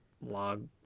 Log